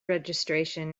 registration